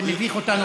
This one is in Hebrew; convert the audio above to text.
זה מביך אותנו,